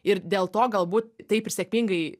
ir dėl to galbūt taip ir sėkmingai